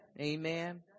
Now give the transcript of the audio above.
Amen